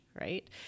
right